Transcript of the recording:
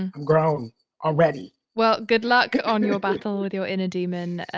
and i'm grown already well, good luck on your battle with your inner demon.